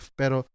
pero